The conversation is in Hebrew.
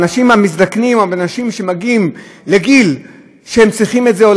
המזדקנים או באנשים שמגיעים לגיל שהם צריכים את זה,